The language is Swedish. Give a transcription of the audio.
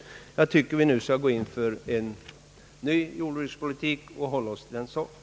Jag anser att vi nu skall gå in för en ny jordbrukspolitik och hålla oss till den saken.